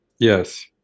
yes